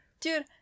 Dude